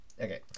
Okay